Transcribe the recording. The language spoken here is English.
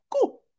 cool